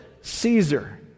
Caesar